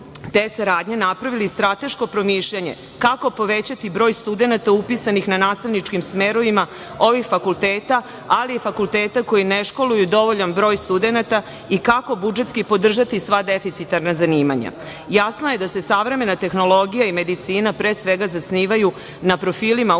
te saradnje napravili strateško promišljanje kako povećati broj studenata upisanih na nastavničkim smerovima ovih fakulteta, ali i fakulteta koji ne školuju dovoljan broj studenata i kako budžetski podržati sva deficitarna zanimanja.?Jasno je da se savremena tehnologija i medicina pre svega, zasnivaju na profilima učenika